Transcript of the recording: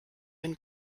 ein